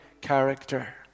character